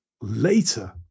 later